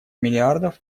миллиардов